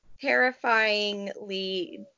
Terrifyingly